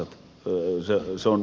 se on selvä asia